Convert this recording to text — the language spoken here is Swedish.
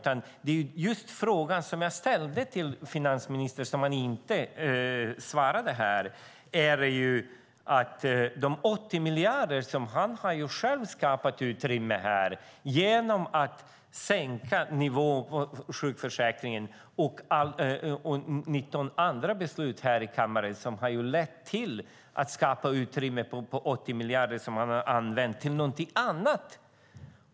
Jag ställde en fråga till finansministern som han inte svarade på. Det handlar om de 80 miljarder som han själv har skapat utrymme för genom att sänka nivån i sjukförsäkringen och genom 19 andra beslut här i kammaren. Det har ju lett till att det har skapats ett utrymme på 80 miljarder som han har använt till någonting annat.